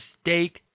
steak